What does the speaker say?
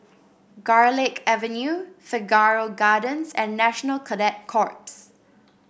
Garlick Avenue Figaro Gardens and National Cadet Corps